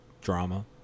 drama